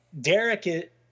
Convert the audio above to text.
Derek